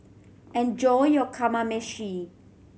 enjoy your Kamameshi